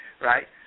right